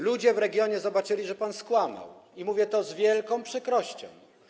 Ludzie w regionie zobaczyli, że pan skłamał, i mówię to z wielką przykrością.